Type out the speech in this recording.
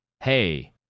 hey